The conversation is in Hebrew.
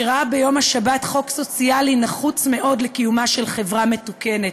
שראה ביום השבת חוק סוציאלי נחוץ מאוד לקיומה של חברה מתוקנת,